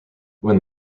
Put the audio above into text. when